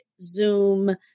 Zoom